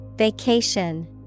Vacation